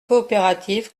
coopératives